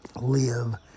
live